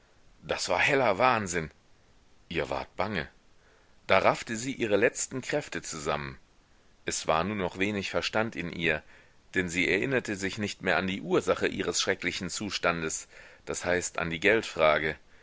das war heller wahnsinn ihr ward bange da raffte sie ihre letzten kräfte zusammen es war nur noch wenig verstand in ihr denn sie erinnerte sich nicht mehr an die ursache ihres schrecklichen zustandes das heißt an die geldfrage